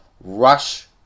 Rush